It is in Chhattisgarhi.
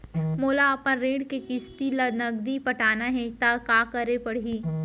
मोला अपन ऋण के किसती ला नगदी पटाना हे ता का करे पड़ही?